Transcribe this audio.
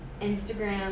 Instagram